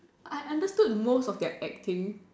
I I understood most of their acting